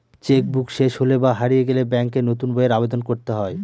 check book শেষ হলে বা হারিয়ে গেলে ব্যাঙ্কে নতুন বইয়ের আবেদন করতে হয়